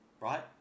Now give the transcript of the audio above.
Right